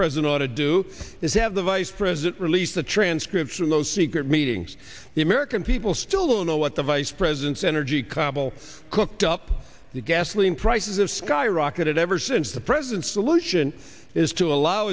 president ought to do is have the vice president release the transcripts of those secret meetings the american people still don't know what the vice president's energy cobble cooked up the gasoline prices have skyrocketed ever since the president solution is to allow